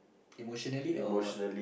emotionally or